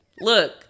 look